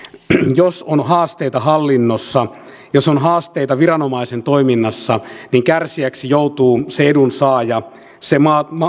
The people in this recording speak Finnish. jos on haasteita hallinnossa jos on haasteita viranomaisen toiminnassa niin kärsijäksi joutuu se edunsaaja se